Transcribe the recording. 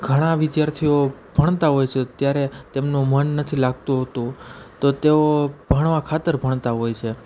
ઘણા વિદ્યાર્થીઓ ભણતા હોય છે ત્યારે તેમનું મન નથી લાગતું હોતું તો તેઓ ભણવા ખાતર ભણતા હોય છે